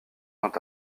vint